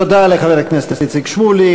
תודה לחבר הכנסת איציק שמולי.